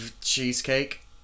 Cheesecake